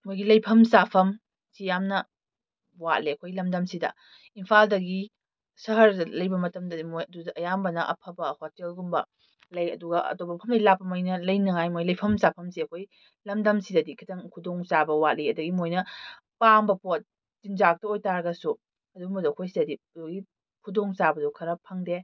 ꯃꯣꯏꯒꯤ ꯂꯩꯐꯝ ꯆꯥꯐꯝ ꯁꯤ ꯌꯥꯝꯅ ꯋꯥꯠꯂꯦ ꯑꯩꯈꯣꯏ ꯂꯝꯗꯝꯁꯤꯗ ꯏꯝꯐꯥꯜꯗꯒꯤ ꯁꯍꯔꯗ ꯂꯩꯕ ꯃꯇꯝꯗꯗꯤ ꯃꯣꯏ ꯑꯗꯨꯗ ꯑꯌꯥꯝꯕꯅ ꯑꯐꯕ ꯍꯣꯇꯦꯜ ꯒꯨꯝꯕ ꯂꯩ ꯑꯗꯨꯒ ꯑꯇꯣꯞꯄ ꯃꯐꯝꯗꯩ ꯂꯥꯛꯄꯈꯩꯅ ꯂꯩꯅꯤꯉꯥꯏ ꯃꯣꯏ ꯂꯩꯐꯝ ꯆꯥꯐꯝꯁꯦ ꯑꯩꯈꯣꯏ ꯂꯝꯗꯝꯁꯤꯗꯗꯤ ꯈꯤꯇꯪ ꯈꯨꯗꯣꯡ ꯆꯥꯕ ꯋꯥꯠꯂꯤ ꯑꯗꯩ ꯃꯣꯏꯅ ꯄꯥꯝꯕ ꯄꯣꯠ ꯆꯤꯟꯖꯥꯛꯇ ꯑꯣꯏꯇꯥꯔꯒꯁꯨ ꯑꯗꯨꯝꯕꯗꯣ ꯑꯩꯈꯣꯏꯁꯤꯗꯗꯤ ꯑꯗꯨꯒꯤ ꯈꯨꯗꯣꯡ ꯆꯥꯕꯗꯣ ꯈꯔ ꯐꯪꯗꯦ